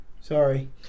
Sorry